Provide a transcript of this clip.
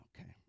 Okay